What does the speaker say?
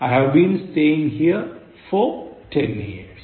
I have been staying here for 10 years